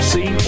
See